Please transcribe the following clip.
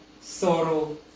sorrow